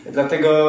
Dlatego